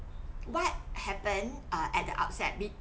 what happened uh at the outside a bit